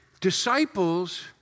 disciples